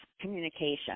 communication